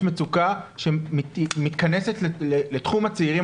יש מצוקה שמתכנסת לתחום הצעירים,